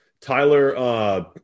Tyler –